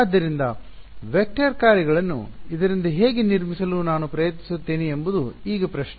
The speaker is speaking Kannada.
ಆದ್ದರಿಂದ ವೆಕ್ಟರ್ ಕಾರ್ಯಗಳನ್ನು ಇದರಿಂದ ಹೇಗೆ ನಿರ್ಮಿಸಲು ನಾನು ಪ್ರಯತ್ನಿಸುತ್ತೇನೆ ಎಂಬುದು ಈಗ ಪ್ರಶ್ನೆ